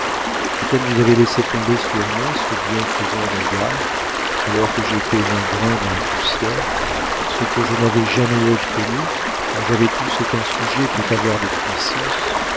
et comme vous avez laissé tomber sur moi ce bienfaisant regard alors que j'étais un grain dans la poussière ce que je n'avais jamais obtenu quand j'avais tout ce qu'un sujet peut avoir de puissance